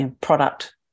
product